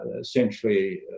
essentially